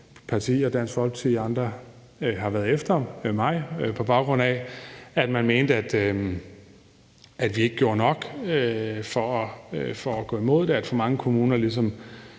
det, som Dansk Folkeparti og flere andre partier har været efter mig på baggrund af – at man mente, at vi ikke gjorde nok for at gå imod det, og at for mange kommuner ligesom